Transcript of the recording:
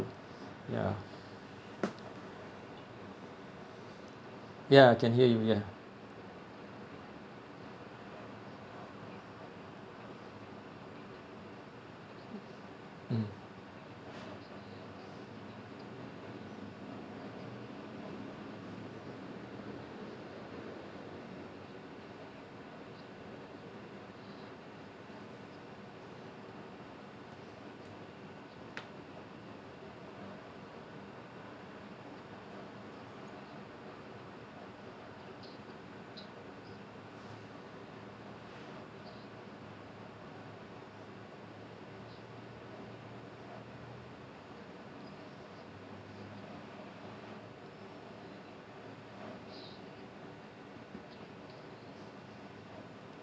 ya ya can hear you ya mm